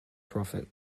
profit